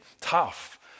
tough